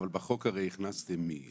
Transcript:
הרי בחוק הכנסתם מי,